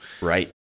right